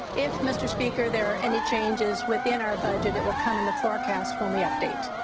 if, mr. speaker, there are any changes within our budget, it will come in the forecasts when we update.